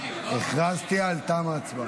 הצביע --- הכרזתי על תום הצבעה.